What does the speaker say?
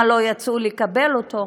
למה לא יצאו לקבל אותו.